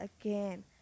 again